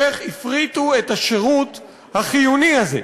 איך הפריטו את השירות החיוני הזה,